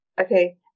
Okay